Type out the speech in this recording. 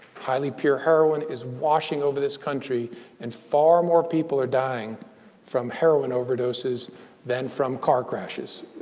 highly pure heroin is washing over this country and far more people are dying from heroin overdoses than from car crashes.